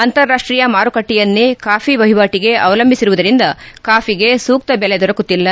ಅಂತಾರಾಷ್ಷೀಯ ಮಾರುಕಟ್ಟೆಯನ್ನೇ ಕಾಫಿ ವಹಿವಾಟಿಗೆ ಅವಲಂಭಿಸಿರುವುದರಿಂದ ಕಾಫಿಗೆ ಸೂಕ್ತ ಬೆಲೆ ದೊರಕುತ್ತಿಲ್ಲ